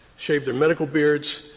shave their medical beards.